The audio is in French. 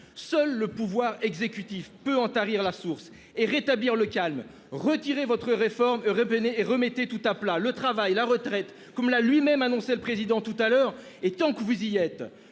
Seul le pouvoir exécutif peut en tarir la source et rétablir le calme. Retirez votre réforme et remettez tout à plat- le travail, la retraite -, comme l'a lui-même annoncé le Président de la République tout à l'heure. Tant que vous y êtes,